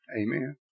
Amen